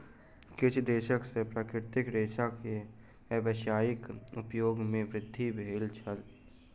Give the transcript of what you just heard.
किछ दशक सॅ प्राकृतिक रेशा के व्यावसायिक उपयोग मे वृद्धि भेल अछि